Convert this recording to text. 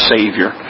Savior